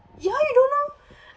ya you don't know